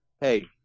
hey